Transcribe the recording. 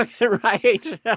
Right